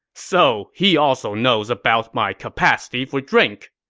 so, he also knows about my capacity for drink!